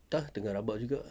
entah tengah rabak juga ah